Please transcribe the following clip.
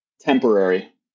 Temporary